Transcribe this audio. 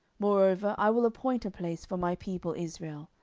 moreover i will appoint a place for my people israel,